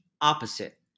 opposite